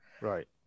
Right